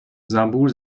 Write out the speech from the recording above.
زنبور